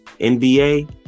NBA